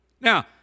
Now